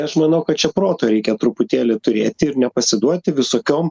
aš manau kad čia proto reikia truputėlį turėti ir nepasiduoti visokiom